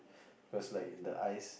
cause like in the eyes